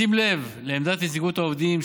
בשים לב לעמדת נציגות העובדים,